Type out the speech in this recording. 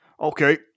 Okay